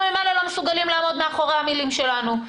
ממילא לא מסוגלים לעמוד מאחורי המילים שלנו.